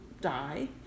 die